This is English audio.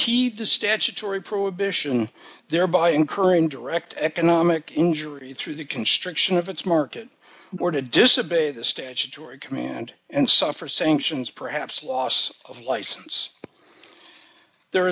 keep the statutory prohibition thereby incurring direct economic injury through the construction of its market or to disobey the statutory command and suffer sanctions perhaps loss of license there